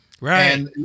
Right